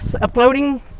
uploading